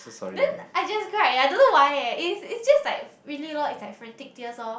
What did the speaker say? then I just cried I don't why eh it's it's just like really lor it's like frantic tears lor